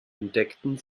entdeckten